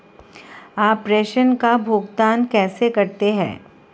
आप प्रेषण का भुगतान कैसे करते हैं?